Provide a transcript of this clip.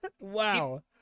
Wow